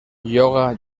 lloga